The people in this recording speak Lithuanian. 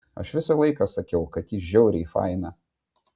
aš visą laiką sakau kad ji žiauriai faina